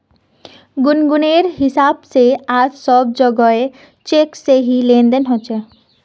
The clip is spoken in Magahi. गुनगुनेर हिसाब से आज सब जोगोह चेक से ही लेन देन ह छे